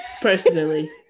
personally